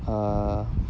err